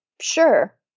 sure